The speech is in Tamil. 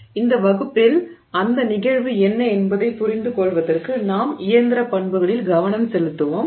இந்த வகுப்பில் அந்த நிகழ்வு என்ன என்பதைப் புரிந்துகொள்வதற்கு நாம் இயந்திர பண்புகளில் கவனம் செலுத்துவோம்